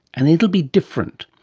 and it will be different.